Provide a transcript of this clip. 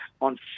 on